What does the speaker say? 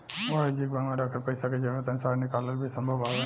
वाणिज्यिक बैंक में रखल पइसा के जरूरत अनुसार निकालल भी संभव बावे